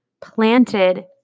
planted